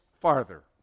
farther